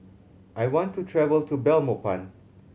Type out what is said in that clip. I want to travel to Belmopan